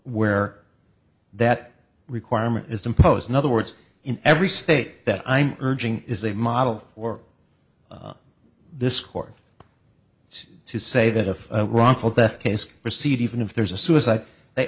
where that requirement is imposed in other words in every state that i'm urging is a model for this court to say that if a wrongful death case proceed even if there's a suicide they